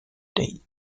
date